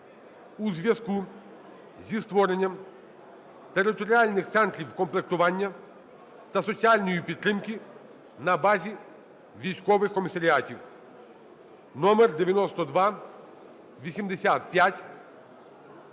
у зв'язку зі створенням територіальних центрів комплектування та соціальної підтримки на базі військових комісаріатів (№9285)